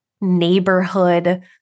neighborhood